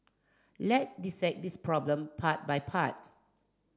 let dissect this problem part by part